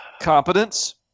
Competence